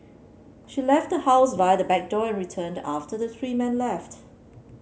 she left the house via the back door returned after the three men left